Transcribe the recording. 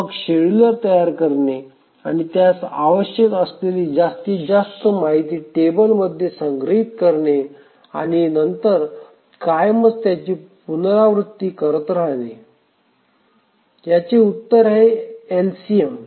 मग शेड्युलर तयार करणे आणि त्यास आवश्यक असलेली जास्तीत जास्त माहिती टेबल मध्ये संग्रहित करणे आणि नंतर कायमच त्याची पुनरावृत्ती करत राहणे उत्तर आहे एलसीएम